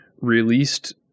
released